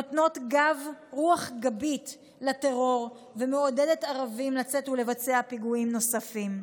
הן נותנות רוח גבית לטרור ומעודדות ערבים לצאת ולבצע פיגועים נוספים.